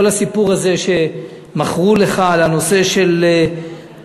כל הסיפור הזה שמכרו לך על הנושא של החור